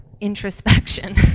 Introspection